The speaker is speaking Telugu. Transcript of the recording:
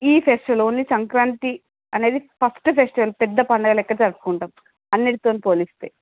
ఈ ఫెస్టివల్ ఓన్లీ సంక్రాంతి అనేది ఫస్ట్ ఫెస్టివల్ పెద్ద పండగ లెక్క జరుపుకుంటాం అన్నిటితోని పోలిస్తే